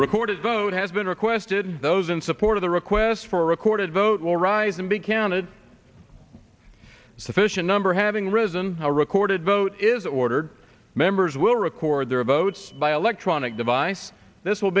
recorded vote has been requested those in support of the request for a recorded vote will rise and be counted sufficient number having risen a recorded vote is ordered members will record their votes by electronic device this